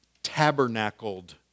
tabernacled